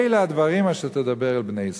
אלה הדברים אשר תדבר אל בני ישראל".